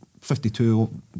52